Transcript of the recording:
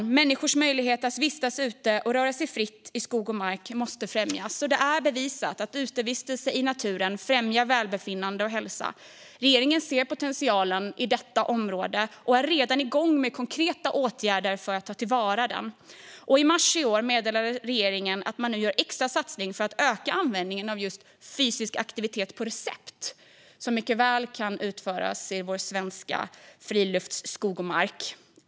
Människors möjlighet att vistas ute och röra sig fritt i skog och mark måste främjas. Det är bevisat att utevistelse i naturen främjar välbefinnande och hälsa. Regeringen ser potentialen på detta område och är redan igång med konkreta åtgärder för att ta till vara den. I mars i år meddelade regeringen att man nu gör en extra satsning på att öka användningen av just fysisk aktivitet på recept. Det är något som mycket väl kan utföras inom friluftslivet i vår svenska skog och mark.